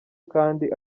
kandi